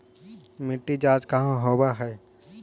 मिट्टी जाँच कहाँ होव है?